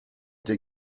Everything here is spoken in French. tes